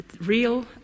real